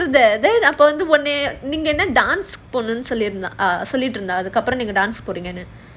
then அப்போ நீங்க வந்து:appo neenga vandhu dance போனும்னு சொல்லிடிருந்தா:ponumnu solliturunthaa dance போனும்னு:ponumnu